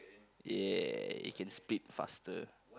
ya you can speak faster